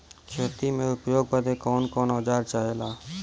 खेती में उपयोग बदे कौन कौन औजार चाहेला?